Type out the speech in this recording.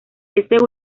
este